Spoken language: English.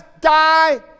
die